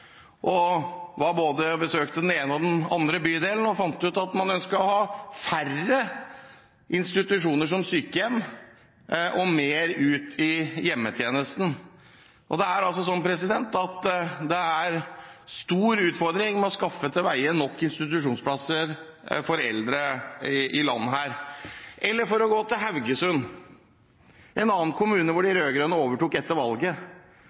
og besøkte både den ene og den andre bydelen og fant ut at man ønsket å ha færre institusjoner, som sykehjem, og mer til hjemmetjenesten. Det er en stor utfordring å skaffe til veie nok institusjonsplasser for eldre i dette landet. Eller for å gå til Haugesund, en annen kommune hvor de rød-grønne overtok etter valget: